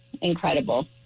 incredible